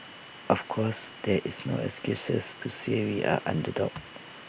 of course there is no excuses to say we are underdogs